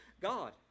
god